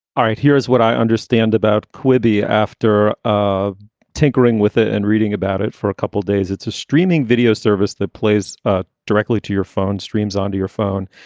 all right. here's what i understand about quippy after ah tinkering tinkering with it and reading about it for a couple days, it's a streaming video service that plays ah directly to your phone, streams onto your phone,